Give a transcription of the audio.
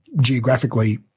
geographically